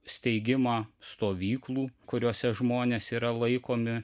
steigimą stovyklų kuriose žmonės yra laikomi